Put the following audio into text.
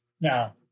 Now